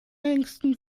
ärgsten